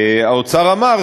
האוצר אמר,